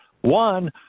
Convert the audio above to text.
One